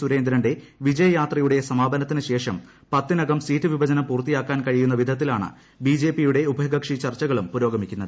സുരേന്ദ്രന്റെ വിജയ് യ്ട്രാത്രിയുടെ സമാപനത്തിന് ശേഷം പത്തിനകം സീറ്റ് വിഭജനം ്ഷൂർത്തിയാക്കാൻ കഴിയുന്ന വിധത്തിലാണ് ബിജെപിയുടെ ഉഭയ്കക്ഷി ചർച്ചകളും പുരോഗമിക്കുന്നത്